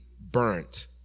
burnt